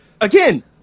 again